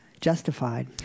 justified